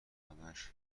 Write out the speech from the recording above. همهاش